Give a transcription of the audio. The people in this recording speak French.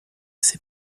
ces